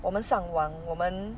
我们上网我们